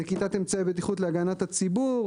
נקיטת אמצעי בטיחות להגנת הציבור,